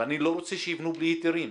ואני לא רוצה שיבנו בלי היתרים.